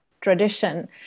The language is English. tradition